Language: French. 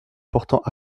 portant